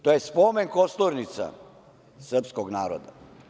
To je spomen kosturnica srpskog naroda.